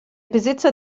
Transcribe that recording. besitzer